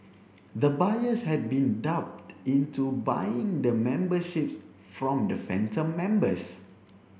the buyers had been duped into buying the memberships from the phantom members